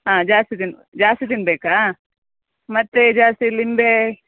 ಹಾಂ ಜಾಸ್ತಿ ತಿನ್ ಜಾಸ್ತಿ ತಿನ್ಬೇಕಾ ಮತ್ತೆ ಜಾಸ್ತಿ ಲಿಂಬೆ